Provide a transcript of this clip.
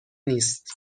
نیست